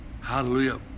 Hallelujah